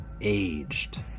aged